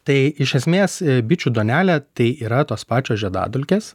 tai iš esmės bičių duonelė tai yra tos pačios žiedadulkės